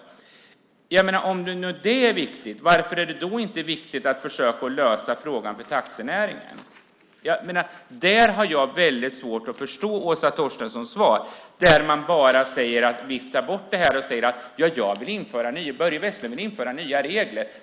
Om nu det är viktigt, varför är det då inte viktigt att försöka lösa frågan för taxinäringen? Där har jag väldigt svårt att förstå Åsa Torstenssons svar. Där viftar hon bara bort det här och säger att Börje Vestlund vill införa nya regler.